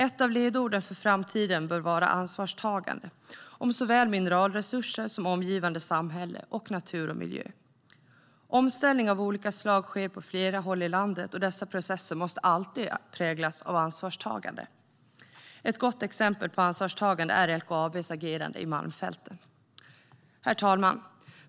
Ett av ledorden för framtiden bör vara ansvarstagande om såväl mineralresurser som omgivande samhälle och natur och miljö. Omställning av olika slag sker på flera håll i landet, och dessa processer måste alltid präglas av ansvarstagande. Ett gott exempel på ansvarstagande är LKAB:s agerande i Malmfälten.Herr talman!